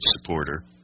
supporter